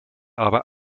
aber